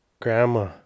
grandma